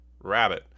Rabbit